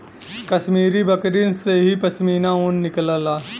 कश्मीरी बकरिन से ही पश्मीना ऊन निकलला